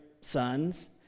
sons